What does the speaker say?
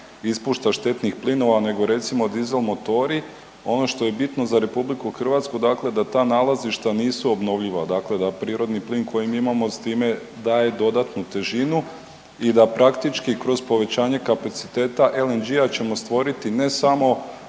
ispušta štetnih plinova nego recimo dizel motori. Ono što je bitno za RH dakle da ta nalazišta nije obnovljiva, dakle da prirodni plin koji mi imamo s time daje dodatnu težinu i da praktički kroz povećanje kapaciteta LNG-a ćemo stvoriti ne samo